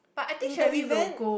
in the event